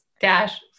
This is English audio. dash